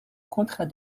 contrat